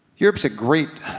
europe's a great